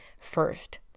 first